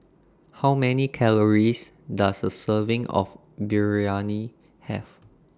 How Many Calories Does A Serving of Biryani Have